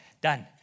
done